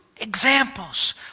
examples